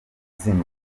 zimwe